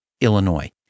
Illinois